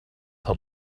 held